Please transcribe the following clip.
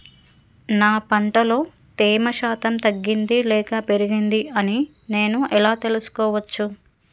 నా పంట లో తేమ శాతం తగ్గింది లేక పెరిగింది అని నేను ఎలా తెలుసుకోవచ్చు?